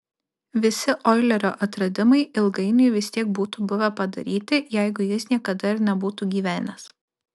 visi oilerio atradimai ilgainiui vis tiek būtų buvę padaryti jeigu jis niekada ir nebūtų gyvenęs